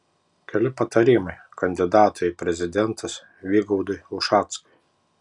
keli patarimai kandidatui į prezidentus vygaudui ušackui